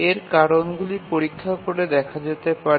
এর কারণগুলির পরীক্ষা করে দেখা যেতে পারে